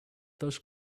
those